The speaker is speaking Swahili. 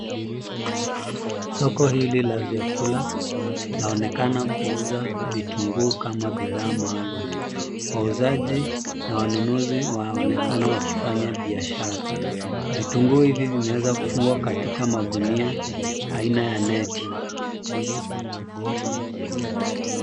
Soko hili la vyakula linaonekana kuuza vitunguu kama bidhaa maalum. Wauzaji na wanunuzi wanaonekana wakifanya biashara. Vitunguu hivi vimeweza kufungwa katika magunia aina ya neti.